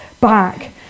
back